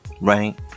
right